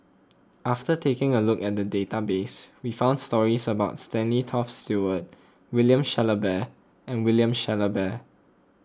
after taking a look at the database we found stories about Stanley Toft Stewart William Shellabear and William Shellabear